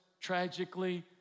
tragically